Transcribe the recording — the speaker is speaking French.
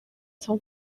son